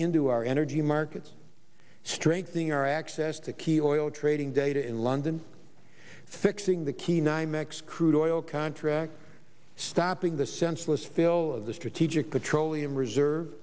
into our energy markets strengthening our access to key oil trading data in london fixing the key nymex crude oil contracts stopping the senseless fill of the strategic petroleum reserve